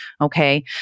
Okay